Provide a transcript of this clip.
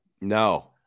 No